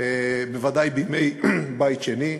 בוודאי בימי בית שני.